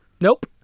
Nope